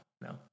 no